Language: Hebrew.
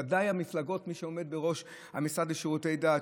ודאי המפלגה של מי שעומד בראש המשרד לשירותי דת,